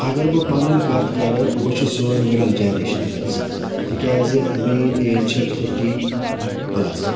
اَگَر بہٕ پَنٕنۍ کتھ کَرٕ بہٕ چھُس یِوان مِڈَل جَنریشنہٕ مَنٛز تکیازِ میٲنٛۍ ایج چھِ تھٹی پٕلس